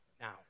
now